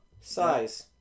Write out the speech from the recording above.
Size